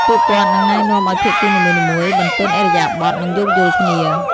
ពួកគាត់នឹងណែនាំឲ្យភាគីនីមួយៗបន្ទន់ឥរិយាបថ និងយោគយល់គ្នា។